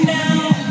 now